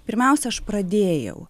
pirmiausia aš pradėjau